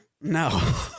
no